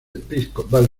episcopal